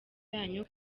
yanyu